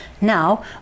Now